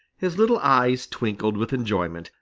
his little eyes twinkled with enjoyment,